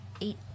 eight